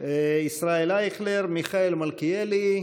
ישראל אייכלר, מיכאל מלכיאלי,